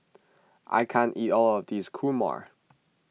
I can't eat all of this Kurma